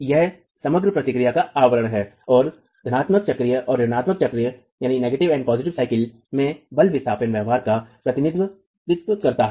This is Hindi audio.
यह समग्र प्रतिक्रिया का आवरण है और धनात्मक चक्रीय और ऋणात्मक चक्र में बल विस्थापन व्यवहार का प्रतिनिधित्व करता है